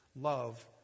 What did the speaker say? love